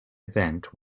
event